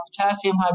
potassium